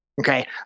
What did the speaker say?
Okay